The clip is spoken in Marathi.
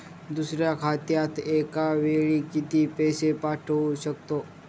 दुसऱ्या खात्यात एका वेळी किती पैसे पाठवू शकतो?